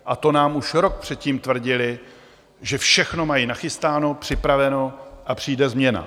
A to nám už rok předtím tvrdili, že všechno mají nachystáno, připraveno a přijde změna.